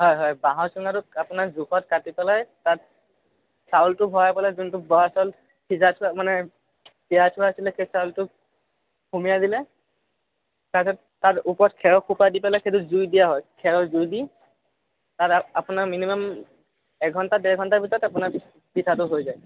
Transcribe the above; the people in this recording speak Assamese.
হয় হয় বাঁহৰ চুঙাটোক আপোনাৰ জোখত কাটি পেলাই তাত চাউলটো ভৰাই পেলাই যোনটো বৰা চাউল সিজাই থোৱা মানে তিয়াই থোৱা আছিলে সেই চাউলটো সোমাৱাই দিলে তাৰপিছত তাত ওপৰত খেৰৰ সোপা দি পেলাই সেইটো জুই দিয়া হয় খেৰৰ জুই দি তাত আপোনাৰ মিনিমাম একঘন্টা ডেৰঘন্টাৰ ভিতৰত আপোনাৰ পিঠাটো হৈ যায়